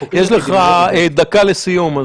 --- יש לך לדקה לסיום.